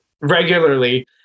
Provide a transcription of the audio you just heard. regularly